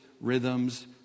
rhythms